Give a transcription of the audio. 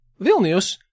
Vilnius